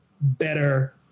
better